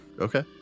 Okay